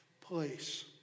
place